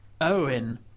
Owen